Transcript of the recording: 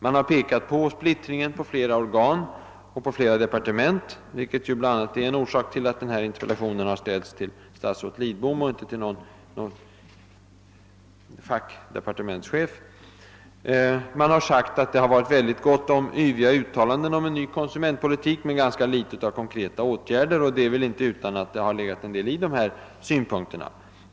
Man har pekat på splittringen på flera organ och på flera departement — det är bl.a. orsaken till att denna interpellation har ställts till statsrådet Lidbom och inte till någon departementschef. Man har också sagt att det förekommit väldigt mycket av yviga uttalanden om en ny konsumentpolitik, men ganska litet av konkreta åtgärder. Det är väl inte utan att det legat en del i dessa synpunkter.